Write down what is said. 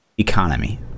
economy